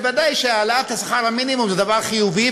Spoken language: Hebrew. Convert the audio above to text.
ודאי שהעלאת שכר המינימום זה דבר חיובי,